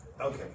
okay